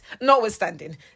Notwithstanding